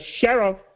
Sheriff